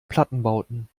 plattenbauten